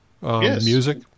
music